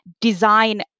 design